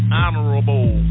honorable